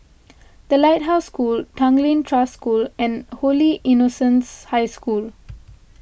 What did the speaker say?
the Lighthouse School Tanglin Trust School and Holy Innocents' High School